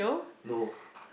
no